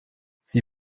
sie